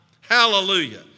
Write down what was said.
Hallelujah